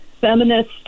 feminist